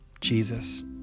Jesus